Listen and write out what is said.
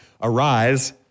arise